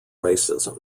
racism